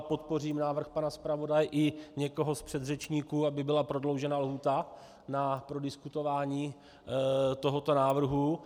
Podpořím návrh pana zpravodaje i někoho z předřečníků, aby byla prodloužena lhůta na prodiskutování tohoto návrhu.